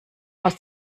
aus